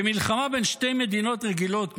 במלחמה בין שתי מדינות רגילות,